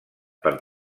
per